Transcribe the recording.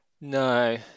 No